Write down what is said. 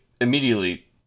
immediately